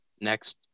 Next